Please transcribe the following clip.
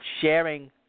sharing